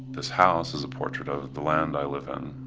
this house is a portrait of the land i live in.